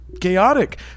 Chaotic